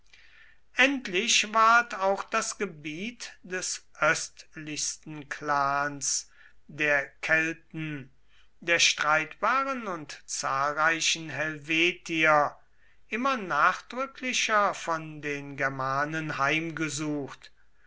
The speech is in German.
endlich ward auch das gebiet des östlichsten clans der kelten der streitbaren und zahlreichen helvetier immer nachdrücklicher von den germanen heimgesucht